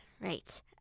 right